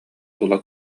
тула